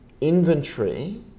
inventory